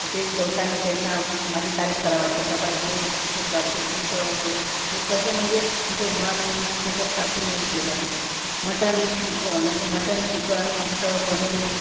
ते जेवताना त्यांना माझी तारीफ करावं वाटते का बा हे जे करतो तू तर हे कसे म्हणजे तुझं मन त्याच्यात टाकून हे होते का मटन चिक म्हणजे मटन चिकन मस्त बनवणे